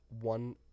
one